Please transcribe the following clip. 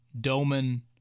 Doman